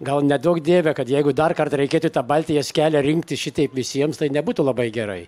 gal neduok dieve kad jeigu dar kartą reikėtų tą baltijos kelią rinkti šitaip visiems tai nebūtų labai gerai